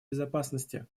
безопасности